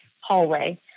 hallway